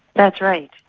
that's right.